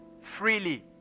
freely